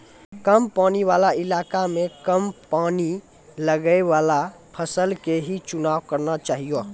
कम पानी वाला इलाका मॅ कम पानी लगैवाला फसल के हीं चुनाव करना चाहियो